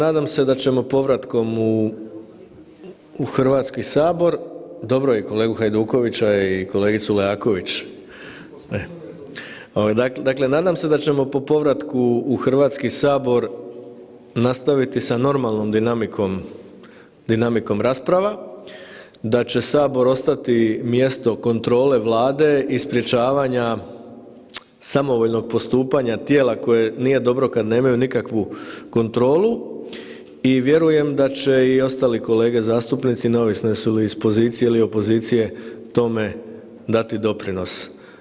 Nadam se da ćemo povratkom u Hrvatski sabor, dobro i kolegu Hajdukovića i kolegicu Leaković, dakle nadam se da ćemo po povratku u Hrvatski sabor nastaviti sa normalnom dinamikom rasprava, da će Sabor ostati mjesto kontrole Vlade i sprječavanja samovoljnog postupanja tijela koje nije dobro kada nemaju nikakvu kontrolu i vjerujem da će i ostali kolege zastupnici, neovisno jesu li iz pozicije ili opozicije tome dati doprinos.